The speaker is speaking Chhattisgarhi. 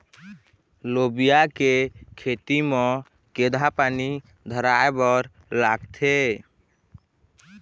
लोबिया के खेती म केघा पानी धराएबर लागथे?